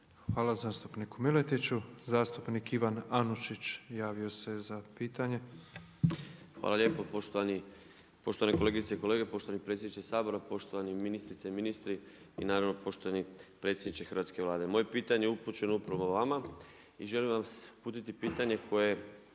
Hvala zastupniku Miletiću. Zastupnik Ivan Anušić javio se za pitanje. **Anušić, Ivan (HDZ)** Hvala lijepo. Poštovane kolegice i kolege, poštovani predsjedniče Sabora, poštovani ministrice i ministri i naravno poštovani predsjedniče hrvatske Vlade. Moje pitanje je upućeno upravo vama i želim vam uputiti koje